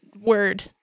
word